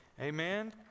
amen